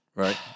Right